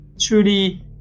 truly